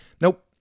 Nope